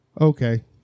okay